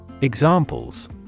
Examples